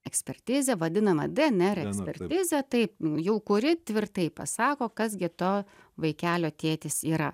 ekspertizė vadinama dnr ekspertizė taip jau kuri tvirtai pasako kas gi to vaikelio tėtis yra